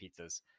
pizzas